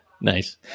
Nice